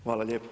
Hvala lijepo.